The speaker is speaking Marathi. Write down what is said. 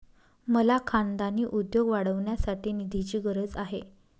मला खानदानी उद्योग वाढवण्यासाठी निधीची गरज आहे